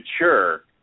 mature